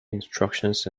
instructions